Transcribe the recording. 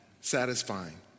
satisfying